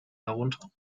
herunter